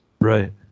Right